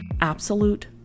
absolute